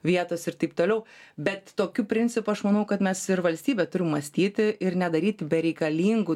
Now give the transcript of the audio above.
vietos ir taip toliau bet tokiu principu aš manau kad mes ir valstybė turim mąstyti ir nedaryt bereikalingų